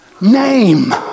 name